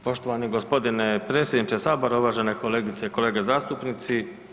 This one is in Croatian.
Poštovani g. predsjedniče sabora, uvažene kolegice i kolege zastupnici.